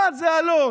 מה זה אלות?